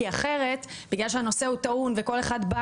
כי אחרת בגלל שהנושא טעון וכל אחד בא